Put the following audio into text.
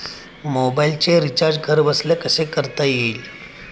मोबाइलचे रिचार्ज घरबसल्या कसे करता येईल?